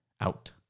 out